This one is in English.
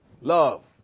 Love